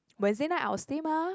Wednesday night I will stay mah